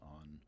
on